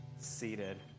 seated